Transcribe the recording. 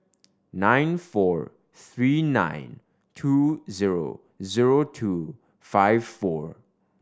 nine four three nine two zero zero two five four